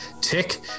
Tick